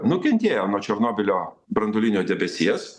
nukentėjo nuo černobylio branduolinio debesies